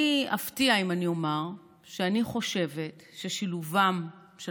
אני אפתיע אם אני אומר שאני חושבת ששילובם של